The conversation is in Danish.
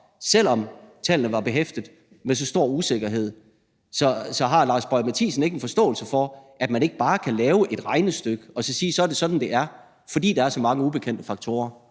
selv om tallene var behæftet med så stor usikkerhed. Så har hr. Lars Boje Mathiesen ikke en forståelse for, at man ikke bare kan lave et regnestykke og så sige, at det er sådan, det er, fordi der er så mange ubekendte faktorer?